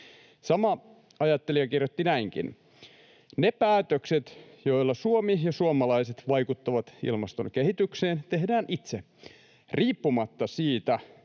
Sama ajattelija kirjoitti näinkin: ”Ne päätökset, joilla Suomi ja suomalaiset vaikuttavat ilmaston kehitykseen, tehdään itse. Riippumatta siitä,